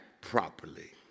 properly